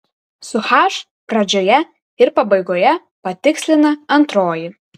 su h pradžioje ir pabaigoje patikslina antroji